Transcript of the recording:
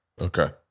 Okay